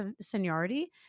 seniority